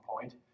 point